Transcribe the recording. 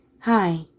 Hi